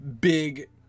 big